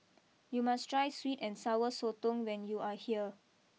you must try sweet and Sour Sotong when you are here